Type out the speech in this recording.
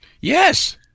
Yes